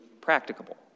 practicable